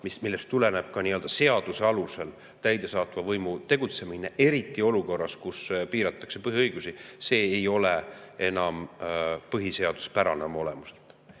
millest tuleneb ka seaduse alusel täidesaatva võimu tegutsemine, eriti olukorras, kus piiratakse põhiõigusi, enam põhiseaduspärane oma olemuselt.